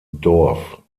dorf